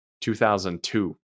2002